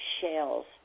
shells